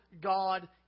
God